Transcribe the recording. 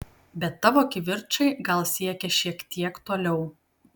bet tavo kivirčai gal siekė šiek tiek toliau